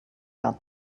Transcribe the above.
got